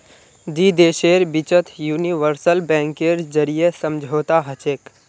दी देशेर बिचत यूनिवर्सल बैंकेर जरीए समझौता हछेक